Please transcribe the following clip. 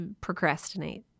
procrastinate